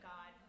God